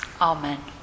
Amen